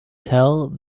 tell